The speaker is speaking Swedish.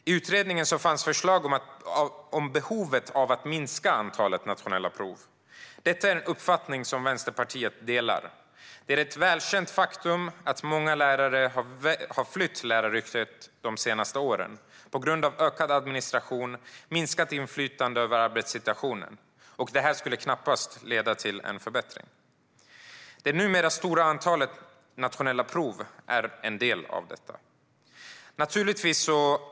I utredningen fanns förslag om behovet av att minska antalet nationella prov. Detta är en uppfattning som Vänsterpartiet delar. Det är ett välkänt faktum att många lärare har flytt läraryrket de senaste åren på grund av ökad administration och minskat inflytande över arbetssituationen. Detta skulle knappast leda till en förbättring. Det numera stora antalet nationella prov är en del av detta.